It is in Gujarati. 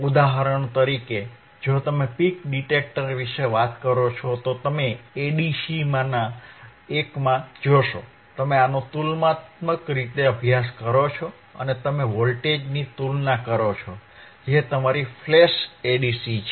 ઉદાહરણ તરીકે જો તમે પીક ડિટેક્ટર વિશે વાત કરો છો તો તમે ADCમાંના એકમાં જોશો તમે આનો તુલનાત્મક તરીકે ઉપયોગ કરો છો અને તમે વોલ્ટેજની તુલના કરો છો જે તમારી ફ્લેશ ADC છે